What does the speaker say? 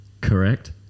Correct